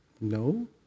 no